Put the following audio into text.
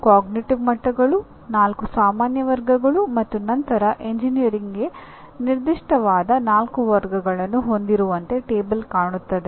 6 ಅರಿವಿನ ಮಟ್ಟಗಳು 4 ಸಾಮಾನ್ಯ ವರ್ಗಗಳು ಮತ್ತು ನಂತರ ಎಂಜಿನಿಯರಿಂಗ್ಗೆ ನಿರ್ದಿಷ್ಟವಾದ 4 ವರ್ಗಗಳನ್ನು ಹೊಂದಿರುವಂತೆ ಕೋಷ್ಟಕ ಕಾಣುತ್ತದೆ